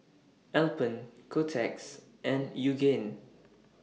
Alpen Kotex and Yoogane